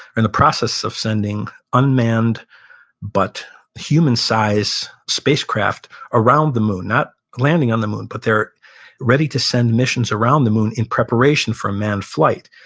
and the process of sending unmanned but human-size spacecraft around the moon. not landing on the moon, but they're reading to send missions around the moon in preparation for a manned flight.